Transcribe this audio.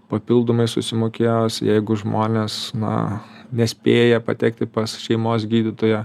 papildomai susimokėjus jeigu žmonės na nespėja patekti pas šeimos gydytoją